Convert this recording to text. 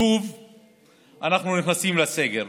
שוב אנחנו נכנסים לסגר,